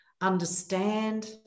understand